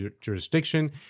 jurisdiction